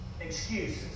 excuses